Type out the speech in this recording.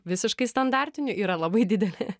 visiškai standartiniu yra labai didelė